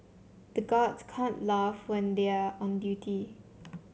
the guards can't laugh when they are on duty